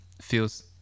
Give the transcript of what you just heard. feels